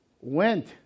went